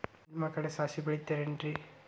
ನಿಮ್ಮ ಕಡೆ ಸಾಸ್ವಿ ಬೆಳಿತಿರೆನ್ರಿ?